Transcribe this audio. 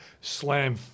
slam